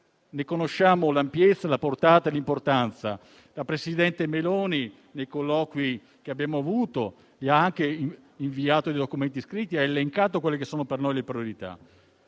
ne conosciamo l'ampiezza, la portata e l'importanza. La presidente Meloni, nei colloqui che abbiamo avuto, ha anche inviato dei documenti scritti e ha elencato quelle che sono per noi le priorità.